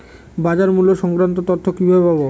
বাজার মূল্য সংক্রান্ত তথ্য কিভাবে পাবো?